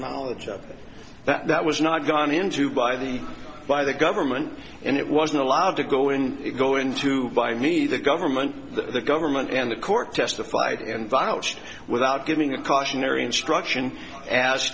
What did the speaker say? knowledge of this that was not gone into by the by the government and it wasn't allowed to go in go into vimy the government the government and the court testified involved without giving a cautionary instruction a